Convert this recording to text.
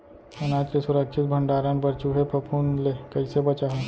अनाज के सुरक्षित भण्डारण बर चूहे, फफूंद ले कैसे बचाहा?